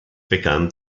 begann